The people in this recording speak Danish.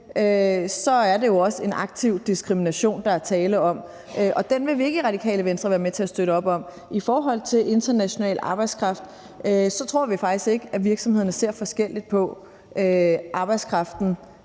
er det jo også en aktiv diskrimination, der er tale om, og den vil vi ikke i Radikale Venstre være med til at støtte op om. I forhold til international arbejdskraft tror vi faktisk ikke, at virksomhederne ser forskelligt på arbejdskraften,